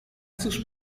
cóż